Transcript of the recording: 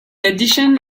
addition